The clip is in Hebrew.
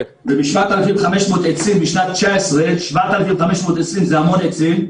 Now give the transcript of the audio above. ומ-7,500 עצים בשנת 2019, 7,500 זה המון עצים.